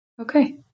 Okay